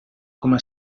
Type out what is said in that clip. coma